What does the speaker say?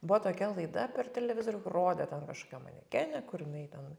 buvo tokia laida per televizorių rodė ten kažkokią manekenę kur jinai ten